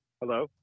Hello